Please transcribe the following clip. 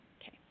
Okay